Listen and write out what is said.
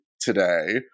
today